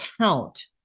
count